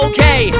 Okay